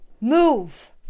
move